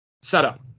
setup